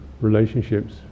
relationships